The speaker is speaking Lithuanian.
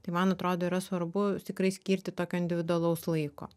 tai man atrodo yra svarbu tikrai skirti tokio individualaus laiko